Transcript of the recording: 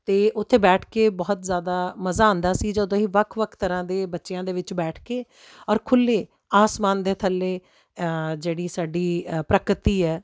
ਅਤੇ ਉੱਥੇ ਬੈਠ ਕੇ ਬਹੁਤ ਜ਼ਿਆਦਾ ਮਜ਼ਾ ਆਉਂਦਾ ਸੀ ਜਦੋਂ ਅਸੀਂ ਵੱਖ ਵੱਖ ਤਰ੍ਹਾਂ ਦੇ ਬੱਚਿਆਂ ਦੇ ਵਿੱਚ ਬੈਠ ਕੇ ਔਰ ਖੁੱਲ੍ਹੇ ਆਸਮਾਨ ਦੇ ਥੱਲੇ ਜਿਹੜੀ ਸਾਡੀ ਅ ਪ੍ਰਕ੍ਰਿਤੀ ਹੈ